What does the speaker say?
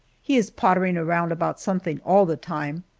he is pottering around about something all the time.